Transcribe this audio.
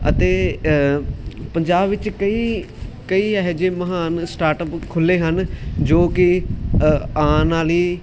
ਅਤੇ ਪੰਜਾਬ ਵਿੱਚ ਕਈ ਕਈ ਇਹੋ ਜਿਹੇ ਮਹਾਨ ਸਟਾਰਟਅਪ ਖੁੱਲ੍ਹੇ ਹਨ ਜੋ ਕਿ ਆਉਣ ਵਾਲੀ